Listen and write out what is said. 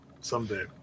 Someday